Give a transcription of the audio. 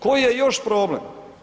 Koji je još problem?